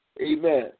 amen